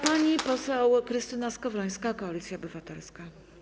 Pani poseł Krystyna Skowrońska, Koalicja Obywatelska.